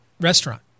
restaurant